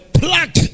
pluck